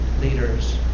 leaders